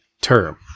term